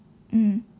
mm